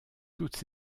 toutes